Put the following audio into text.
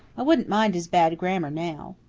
i wouldn't mind his bad grammar now.